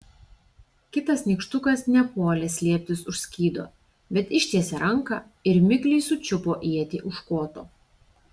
kitas nykštukas nepuolė slėptis už skydo bet ištiesė ranką ir mikliai sučiupo ietį už koto